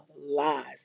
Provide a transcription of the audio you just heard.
lies